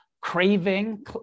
Craving